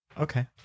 okay